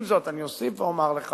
עם זאת, אני אוסיף ואומר לך